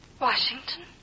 Washington